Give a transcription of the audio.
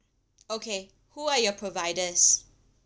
okay who are your providers